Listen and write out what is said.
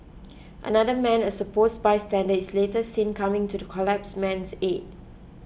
another man a suppose bystander is later seen coming to the collapse man's aid